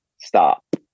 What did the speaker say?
stop